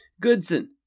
Goodson